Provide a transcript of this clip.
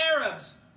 Arabs